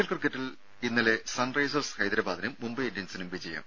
L ക്രിക്കറ്റിൽ ഇന്നലെ Sunrisers ഹൈദരബാദിനും മുംബൈ ഇന്ത്യൻസിനും വിജയം